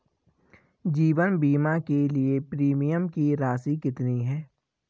जीवन बीमा के लिए प्रीमियम की राशि कितनी है?